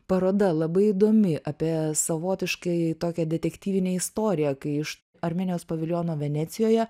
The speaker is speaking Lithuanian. paroda labai įdomi apie savotiškai tokią detektyvinę istoriją kai iš armėnijos paviljono venecijoje